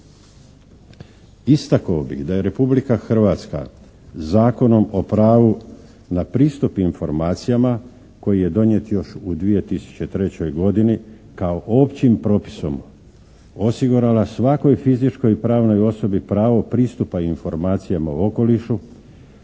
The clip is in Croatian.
Istakao bih da je Republika Hrvatska Zakonom o pravu na pristup informacijama koji je donijet još u 2003. godini kao općim propisom osigurala svakoj fizičkoj i pravnoj osobi pravo pristupa informacijama o okolišu